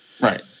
right